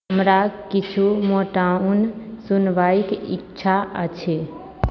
हमरा किछु मोटाउन सुनबैक इच्छा अछि